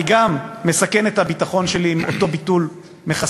אני גם מסכן את הביטחון שלי עם ביטול המכסים